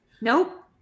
Nope